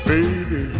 Baby